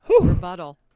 Rebuttal